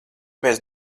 mēs